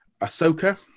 Ahsoka